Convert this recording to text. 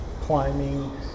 climbing